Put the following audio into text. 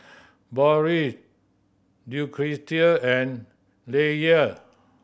Boris Lucretia and Leyla